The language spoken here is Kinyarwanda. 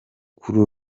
kuri